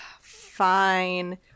fine